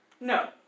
No